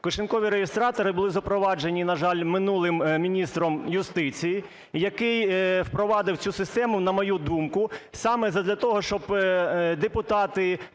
"Кишенькові" реєстратори були запроваджені, на жаль, минулим міністром юстиції, який впровадив цю систему, на мою думку, саме задля того, щоб депутати